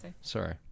sorry